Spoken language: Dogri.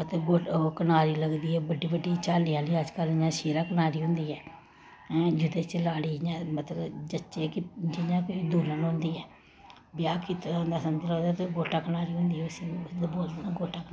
मतलब ओह् कनारी लगदी ऐ बड्डी बड्डी झाल्लें आह्ली अजकल्ल इ'यां शेह्रा कनारी होंदी ऐ ऐं जेह्दे च लाड़ी इ'यां मतलब जच्चे कि जि'यां कोई दुल्हन होंदी ऐ ब्याह कीते दा होंदा समझी लो ते फिर गोटा कनारी होंदी उस्सी आखदे गोटा कनारी